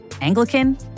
Anglican